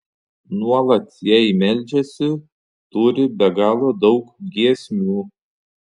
nuolat jai meldžiasi turi be galo daug giesmių